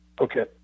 Okay